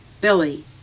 billy